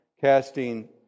casting